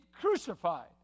crucified